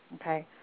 Okay